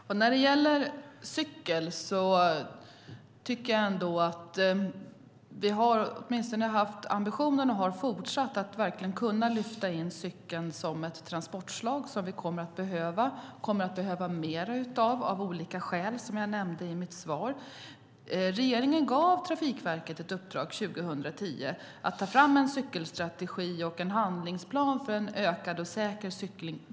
Fru talman! När det gäller cykel tycker jag ändå att vi åtminstone har haft ambitionen - och vi har fortsatt att ha den - att verkligen lyfta in cykeln som ett transportslag som vi kommer att behöva mer av, av olika skäl, som jag nämnde i mitt svar. Regeringen gav Trafikverket ett uppdrag 2010 att ta fram en cykelstrategi och en handlingsplan för en ökad och säker cykling.